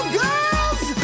girls